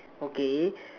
okay